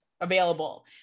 available